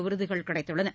விருதுகள் கிடைத்துள்ளன